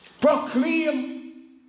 Proclaim